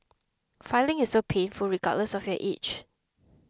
filing is so painful regardless of your age